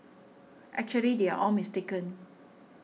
actually they are all mistaken